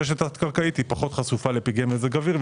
רשת תת-קרקעית פחות חשופה לפגעי מזג אוויר,